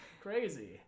Crazy